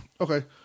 Okay